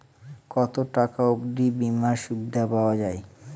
কত টাকা অবধি বিমার সুবিধা পাওয়া য়ায়?